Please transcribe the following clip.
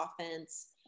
offense